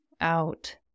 out